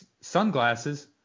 sunglasses